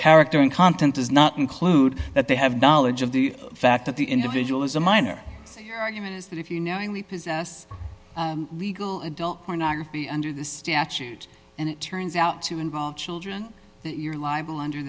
character and content does not include that they have knowledge of the fact that the individual is a minor so your argument is that if you knowingly possess legal adult pornography under the statute and it turns out to involve children you're liable under